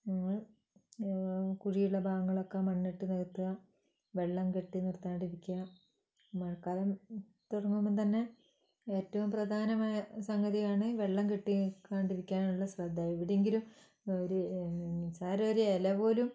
പിന്നെ കുഴിയുള്ള ഭാഗങ്ങളൊക്കെ മണ്ണിട്ട് നികത്തുക വെള്ളം കെട്ടി നിർത്താതിരിക്കുക മഴക്കാലം തുടങ്ങുമ്പോള്ത്തന്നെ ഏറ്റവും പ്രധാനമായ സംഗതിയാണ് വെള്ളം കെട്ടി നില്ക്കാതിരിക്കാനുള്ള ശ്രദ്ധ എവിടെയെങ്കിലും ഒരു നിസ്സാരമായൊരു ഇല പോലും